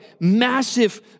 massive